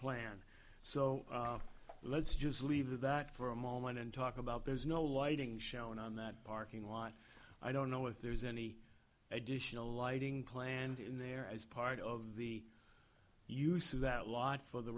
plan so let's just leave that for a moment and talk about there's no lighting shown on that parking lot i don't know if there's any additional lighting planned in there as part of the use of that lot for the